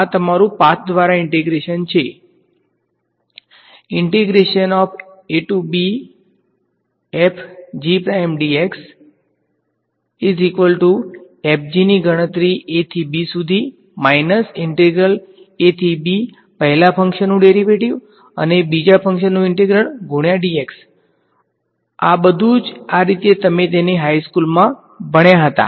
આ તમારું પાથ દ્વારા ઈંટેગ્રેશન છે Fg ની ગણતરી a થી b સુધી માઈનસ ઇન્ટિગ્રલ a થી b પહેલા ફંક્શનનુ ડેરિવેટિવ અને બીજા ફંક્શનનુ ઇન્ટિગ્રલ ગુણ્યા dx આ બધુ જ આ રીતે તમે તેને હાઇ સ્કૂલમાં ભણ્યા હતા